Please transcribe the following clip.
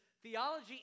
Theology